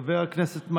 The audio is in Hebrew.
חבר הכנסת טל,